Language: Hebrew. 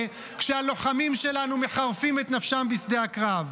כשהלוחמים שלנו מחרפים את נפשם בשדה הקרב?